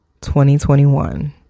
2021